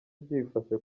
byifashe